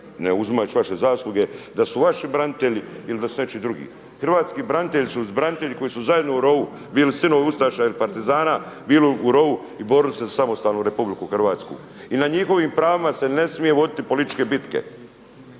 ne uzimajući vaše zasluge da su vaši branitelji ili da su nečiji drugi. Hrvatski branitelji su branitelji koji su zajedno u rovu bili sinovi ustaša ili partizana bili u rovu i borili se za samostalnu RH. I na njihovim pravima se ne smije voditi političke bitke.